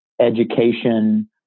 education